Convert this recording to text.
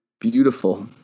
beautiful